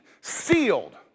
sealed